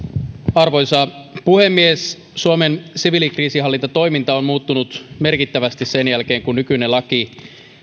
arvoisa puhemies suomen siviilikriisinhallintatoiminta on muuttunut merkittävästi sen jälkeen kun nykyinen laki